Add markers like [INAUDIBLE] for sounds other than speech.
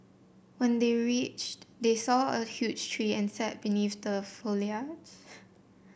when they reached they saw a huge tree and sat beneath the foliage [NOISE]